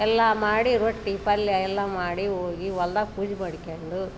ಎಲ್ಲ ಮಾಡಿ ರೊಟ್ಟಿ ಪಲ್ಯ ಎಲ್ಲ ಮಾಡಿ ಹೋಗಿ ಹೊಲ್ದಾಗ ಪೂಜೆ ಮಾಡ್ಕೊಂಡು